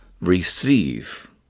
receive